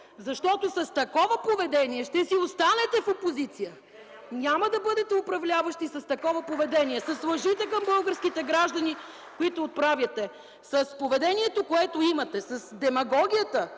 Защото с такова поведение ще си останете в опозиция, няма да бъдете управляващи с такова поведение, с лъжите към българските граждани, които отправяте (ръкопляскания от ГЕРБ), с поведението, което имате, с демагогията,